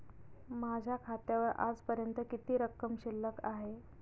माझ्या खात्यावर आजपर्यंत किती रक्कम शिल्लक आहे?